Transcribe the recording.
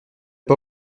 pas